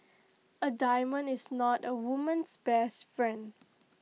A diamond is not A woman's best friend